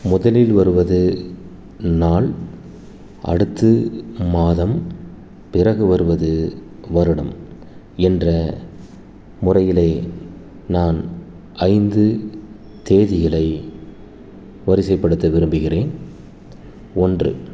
முதலில் வருவது நாள் அடுத்து மாதம் பிறகு வருவது வருடம் என்ற முறையிலே நான் ஐந்து தேதிகளை வரிசைப்படுத்த விரும்புகிறேன் ஒன்று